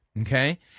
okay